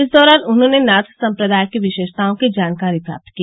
इस दौरान उन्होंने नाथ सम्प्रदाय की विशेषताओं की जानकारी प्राप्त की